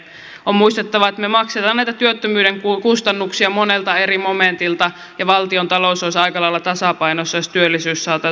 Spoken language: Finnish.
on muistettava että me maksamme näitä työttömyyden kustannuksia monelta eri momentilta ja valtiontalous olisi aika lailla tasapainossa jos työllisyys saataisiin hallintaan